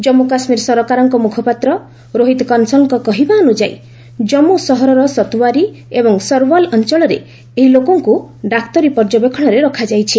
ଜାମ୍ମୁ କାଶ୍ମୀର ସରକାରଙ୍କ ମୁଖପାତ୍ର ରୋହିତ କନ୍ସଲ୍ଙ୍କ କହିବା ଅନୁଯାୟୀ ଜାନ୍ଧୁ ସହରର ସତୱରୀ ଏବଂ ସରୱାଲ ଅଞ୍ଚଳରେ ଏହି ଲୋକଙ୍କୁ ଡାକ୍ତରୀ ପର୍ଯ୍ୟବେକ୍ଷଣରେ ରଖାଯାଇଛି